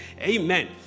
Amen